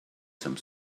some